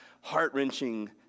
heart-wrenching